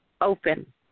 open